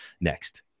next